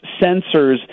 sensors